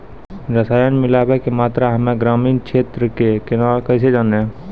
रसायन मिलाबै के मात्रा हम्मे ग्रामीण क्षेत्रक कैसे जानै?